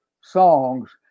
songs